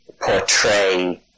portray